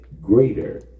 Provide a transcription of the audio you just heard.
greater